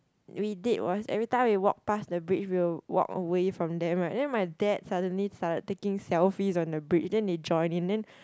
we did was every time we walk past the bridge we will walk away from them right then my dad suddenly started taking selfies on the bridge then they joined in then